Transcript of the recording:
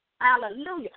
Hallelujah